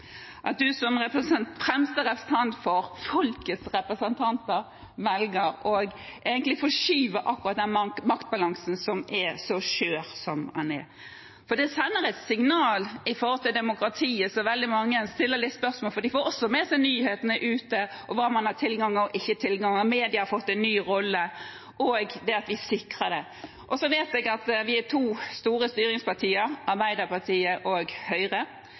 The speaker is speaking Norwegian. at du som den fremste representant for folkets representanter velger å forskyve akkurat den maktbalansen som er så skjør som den er. For det sender et signal om demokratiet som veldig mange stiller spørsmål ved. De får med seg nyhetene ute om hva man har av tilgang og ikke tilgang. Media har fått en ny rolle. Jeg vet at vi er to store styringspartier, Arbeiderpartiet og Høyre. Det er kanskje ekstra viktig hva vi gjør. Når de ser representanter som både kan sitte i regjeringsposisjon og